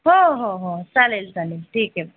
हो हो हो चालेल चालेल ठीक आहे मग